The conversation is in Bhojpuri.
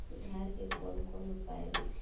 सुधार के कौन कौन उपाय वा?